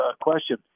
question